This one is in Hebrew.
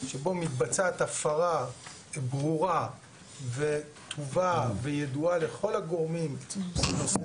שבו מתבצעת הפרה ברורה וידועה לכל הגורמים בנושא